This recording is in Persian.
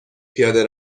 پیاده